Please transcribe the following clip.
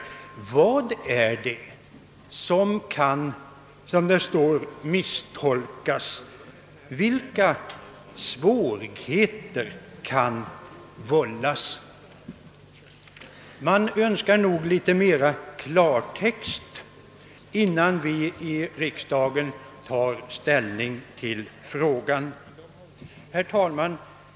Vad är det som kan misstolkas, och vilka svårigheter kan vållas? Vi skulle nog önska litet mer klartext innan riksdagen tar ställning till frågan. Herr talman!